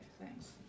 Thanks